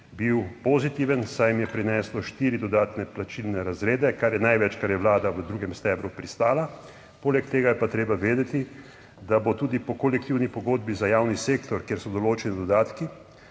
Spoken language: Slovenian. bil pozitiven, saj jim je prineslo štiri dodatne plačilne razrede, kar je največ, kar je Vlada v drugem stebru pristala. Poleg tega je pa treba vedeti, da bo tudi po kolektivni pogodbi za javni sektor, kjer so določeni dodatki,